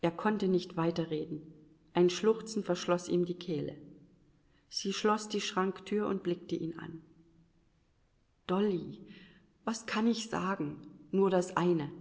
er konnte nicht weiterreden ein schluchzen verschloß ihm die kehle sie schloß die schranktür und blickte ihn an dolly was kann ich sagen nur das eine